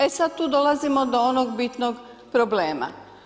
E sad tu dolazimo do onog bitnog problema.